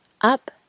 up